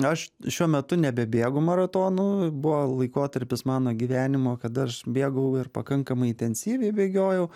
aš šiuo metu nebebėgu maratonų buvo laikotarpis mano gyvenimo kada aš bėgau ir pakankamai intensyviai bėgiojau